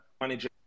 manager